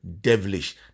devilish